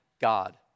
God